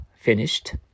finished